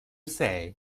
say